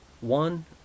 one